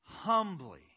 humbly